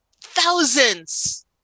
Thousands